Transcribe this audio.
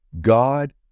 God